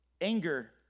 anger